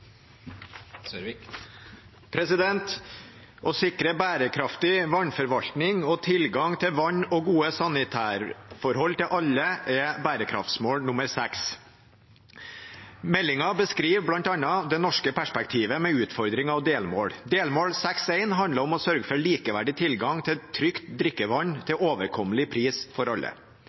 Å sikre bærekraftig vannforvaltning og tilgang til vann og gode sanitærforhold til alle er bærekraftsmål nr. 6. Meldingen beskriver bl.a. det norske perspektivet med utfordringer ved delmål. Delmål 6.1 handler om å sørge for likeverdig tilgang til trygt drikkevann til en overkommelig pris for alle.